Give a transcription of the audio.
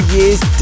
Year's